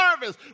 service